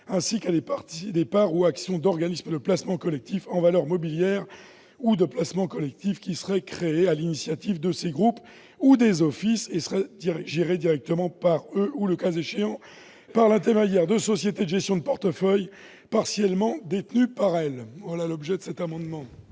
ainsi qu'à des parts ou actions d'organismes de placement collectif en valeurs mobilières ou de placements collectifs, qui seraient créés à l'initiative de ces groupes ou des offices et gérés directement par eux ou, le cas échéant par l'intermédiaire de sociétés de gestion de portefeuille, partiellement détenues par elles. Tel est l'objet de cet amendement.